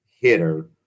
hitter